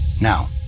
Now